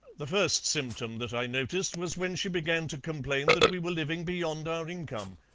the first symptom that i noticed was when she began to complain that we were living beyond our income.